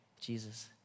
Jesus